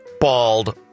bald